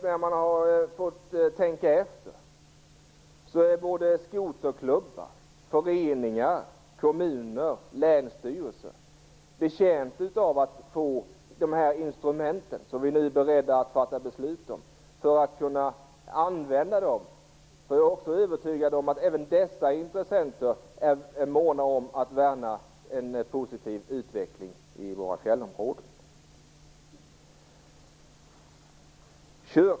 När man fått tänka efter borde skoterklubbar, föreningar, kommuner och länsstyrelser vara betjänta av att få det instrument som vi nu är beredda att fatta beslut om. Jag är också övertygad om att även dessa intressenter är måna om att värna en positiv utveckling i våra fjällområden.